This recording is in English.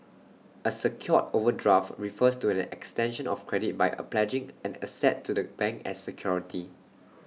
A securer overdraft refers to an extension of credit by A pledging an asset to the bank as security